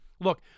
Look